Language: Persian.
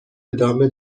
ادامه